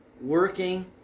working